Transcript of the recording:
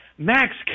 Max